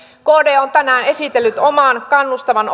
kd on tänään esitellyt oman kannustavan